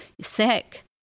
sick